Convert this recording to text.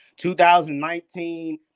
2019